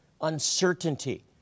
uncertainty